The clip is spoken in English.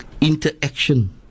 interaction